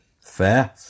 Fair